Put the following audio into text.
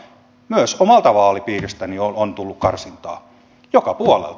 myös omasta vaalipiiristäni on tullut karsintaa joka puolelta